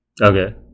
Okay